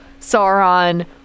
Sauron